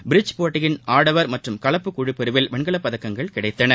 bridge போட்டியின் ஆடவர் மற்றும் கலப்பு குழுப்பிரிவில் வெண்கலப் பதக்கங்கள் கிடைத்தன